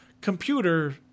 computer